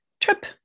Trip